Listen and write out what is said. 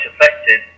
affected